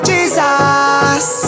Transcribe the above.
Jesus